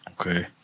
Okay